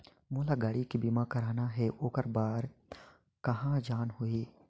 मोला गाड़ी के बीमा कराना हे ओकर बार कहा जाना होही?